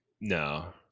No